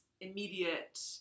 immediate